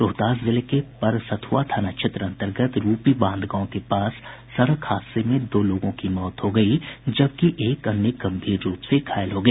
रोहतास जिले के परसथ्रआ थाना क्षेत्र अन्तर्गत रूपी बांध गांव के पास सड़क हादसे में दो लोगों की मौत हो गयी जबकि एक अन्य गम्भीर रूप से घायल हो गया